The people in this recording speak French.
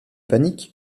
panique